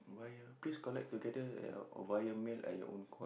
why ah please collect together via mail at your own cost